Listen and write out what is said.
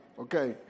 Okay